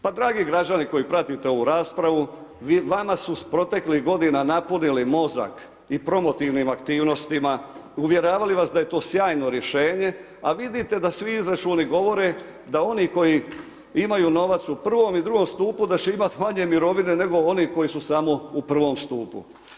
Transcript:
Pa dragi građani koji pratite ovu raspravu, vama su proteklih godina napunili mozak i promotivnim aktivnostima, uvjeravali vas da je to sjajno rješenje a vidite da svi izračuni govore da oni koji imaju novac u prvom i drugom stupu da će imati manje mirovine nego oni koji su samo u prvom stupu.